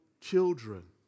children